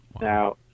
Now